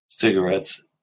Cigarettes